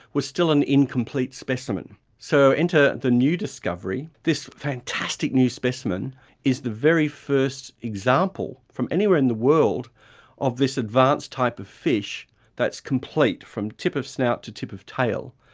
was still an incomplete specimen. so, enter the new discovery, this fantastic new specimen is the very first example from anywhere in the world of this advanced type of fish that's complete from tip of snout to tip of tail.